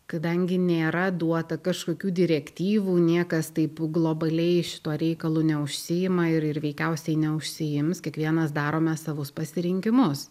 kadangi nėra duota kažkokių direktyvų niekas taip globaliai šituo reikalu neužsiima ir ir veikiausiai neužsiims kiekvienas darome savus pasirinkimus